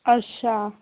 अच्छा